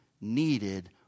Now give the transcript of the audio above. needed